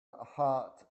hot